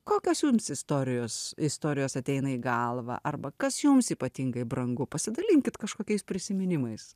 kokios jums istorijos istorijos ateina į galvą arba kas jums ypatingai brangu pasidalinkit kažkokiais prisiminimais